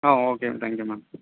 ah okay thank you ma'am